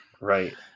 Right